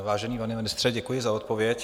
Vážený pane ministře, děkuji za odpověď.